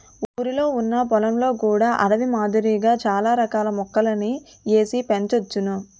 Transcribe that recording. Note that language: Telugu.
ఊరిలొ ఉన్న పొలంలో కూడా అడవి మాదిరిగా చాల రకాల మొక్కలని ఏసి పెంచోచ్చును